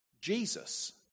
Jesus